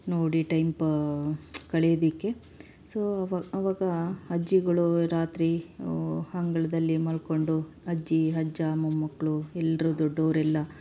ನೋಡಿ ಟೈಮ್ ಪ ಕಳೆಯೋದಕ್ಕೆ ಸೊ ಅವ ಅವಾಗ ಅಜ್ಜಿಗಳು ರಾತ್ರಿ ಅಂಗ್ಳದಲ್ಲಿ ಮಲ್ಕೊಂಡು ಅಜ್ಜಿ ಅಜ್ಜ ಮೊಮ್ಮಕ್ಕಳು ಎಲ್ಲರೂ ದೊಡ್ಡವ್ರೆಲ್ಲ